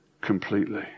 completely